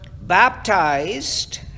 baptized